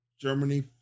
Germany